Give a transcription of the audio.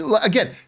Again